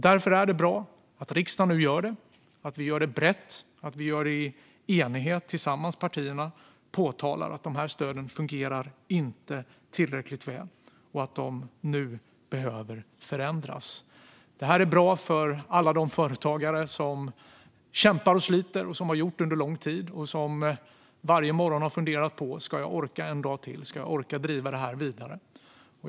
Därför är det bra att riksdagen nu gör det och att partierna brett och i enighet tillsammans påtalar att de här stöden inte fungerar tillräckligt väl och därför behöver förändras. Det är bra för alla de företagare som kämpar och sliter, som har gjort det under lång tid och som varje morgon har funderat på om de ska orka driva det här vidare en dag till.